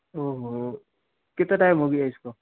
ओहो कितना टाइम हो गया इसको